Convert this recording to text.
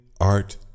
art